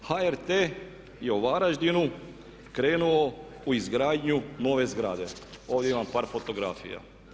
HRT i o Varaždinu je krenuo u izgradnju nove zgrade, ovdje imam par fotografija.